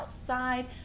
outside